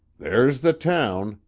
there's the town,